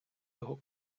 його